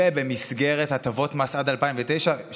ובמסגרת הטבות מס עד 2009,